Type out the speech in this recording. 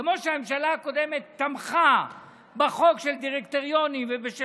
כמו שהממשלה הקודמת תמכה בחוק של דירקטוריונים ושל